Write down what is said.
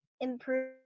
Improve